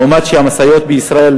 לעומת זה שהמשאיות בישראל,